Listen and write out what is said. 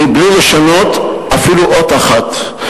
מבלי לשנות אפילו אות אחת,